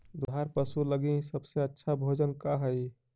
दुधार पशु लगीं सबसे अच्छा भोजन का हई?